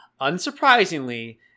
unsurprisingly